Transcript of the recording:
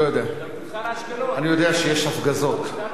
אשקלון, עוטף-עזה.